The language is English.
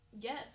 Yes